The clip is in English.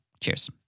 Cheers